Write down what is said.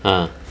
ah